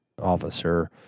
officer